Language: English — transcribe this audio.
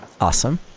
Awesome